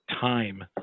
time